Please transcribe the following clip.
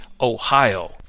Ohio